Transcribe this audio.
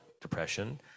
depression